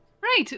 Right